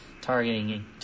targeting